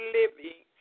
living